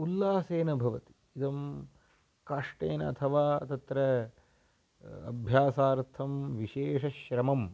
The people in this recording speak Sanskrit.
उल्लासेन भवति इदं काष्टेन अथवा तत्र अभ्यासार्थं विशेषश्रमम्